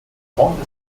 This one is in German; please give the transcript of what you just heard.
kommt